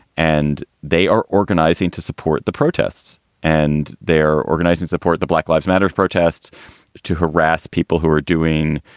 and they are organizing to support the protests and they're organizing support the black lives matter protests to harass people who are doing.